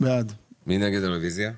מי נגד הרביזיה?